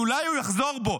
כי אולי הוא יחזור בו.